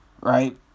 right